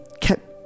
kept